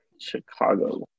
Chicago